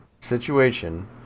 situation